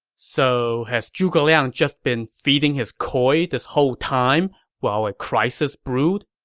so has zhuge liang just been feeding his koi this whole time while a crisis brewed?